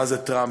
מה זה טראמפ,